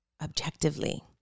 objectively